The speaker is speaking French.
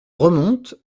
remonte